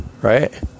right